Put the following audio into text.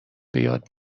بیاد